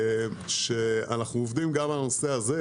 אנחנו עובדים גם על הנושא הזה,